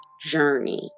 journey